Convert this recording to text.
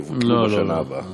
יבוטלו בשנה הבאה.